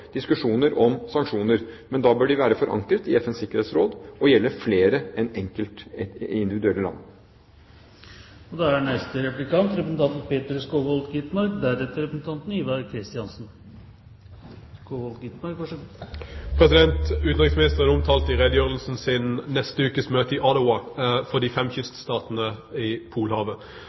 diskusjoner om sanksjoner, men da bør de være forankret i FNs sikkerhetsråd og gjelde flere enn enkelte individuelle land. Utenriksministeren omtalte i redegjørelsen sin neste ukes møte i Ottawa for de fem kyststatene i Polhavet. Samtidig understreket utenriksministeren: «Arktisk Råd er den sentrale arktiske samarbeidsorganisasjonen. Norge ønsker at Arktisk Råd forankrer sin rolle som politikkutformende organ for